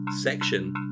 section